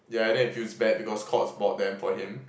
yeah and then it feels bad because Courts bought them for him